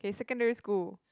in secondary school